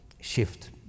shift